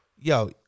Yo